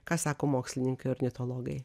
ką sako mokslininkai ornitologai